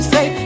Say